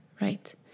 right